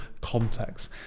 context